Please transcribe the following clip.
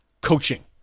coaching